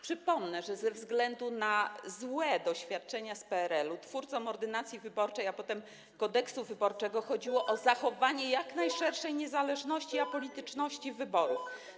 Przypomnę, że ze względu na złe doświadczenia z PRL-u twórcom ordynacji wyborczej, a potem Kodeksu wyborczego chodziło o zachowanie jak najszerszej niezależności, apolityczności wyborów.